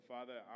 Father